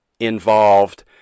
involved